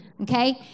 okay